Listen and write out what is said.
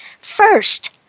First